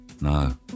No